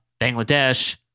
Bangladesh